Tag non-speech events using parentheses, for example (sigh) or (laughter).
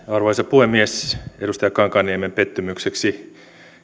(unintelligible) arvoisa puhemies edustaja kankaanniemen pettymykseksi